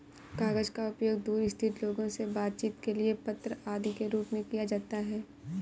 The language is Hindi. कागज का उपयोग दूर स्थित लोगों से बातचीत के लिए पत्र आदि के रूप में किया जाता है